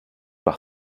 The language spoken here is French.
par